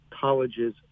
colleges